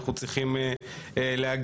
אנחנו צריכים להגיב,